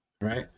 Right